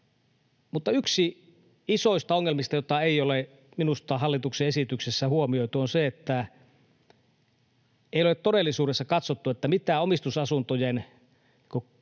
— yksi isoista ongelmista, jota ei ole minusta hallituksen esityksessä huomioitu, on se, että ei ole todellisuudessa katsottu, mitä omistusasuntojen kokonaan